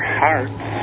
hearts